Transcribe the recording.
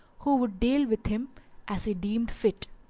who would deal with him as he deemed fit.